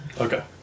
okay